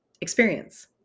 experience